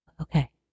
okay